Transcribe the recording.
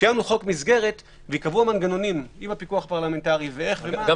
כשיהיה לנו חוק מסגרת וייקבעו המנגנונים עם הפיקוח הפרלמנטרי --- אני